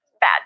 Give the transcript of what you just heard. bad